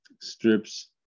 strips